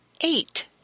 Eight